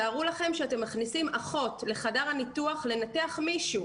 תארו לכם שאתם מכניסים אחות לחדר הניתוח לנתח מישהו.